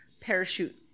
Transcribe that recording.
parachute